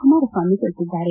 ಕುಮಾರಸ್ವಾಮಿ ತಿಳಿಸಿದ್ದಾರೆ